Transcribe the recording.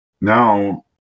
now